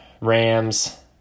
Rams